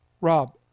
Rob